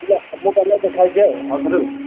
ହଉ ମୁଁ ଗଲେ ଦେଖା ହେଇଯିବା ଆଉ ଆଉଥରେ